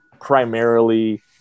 primarily